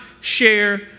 share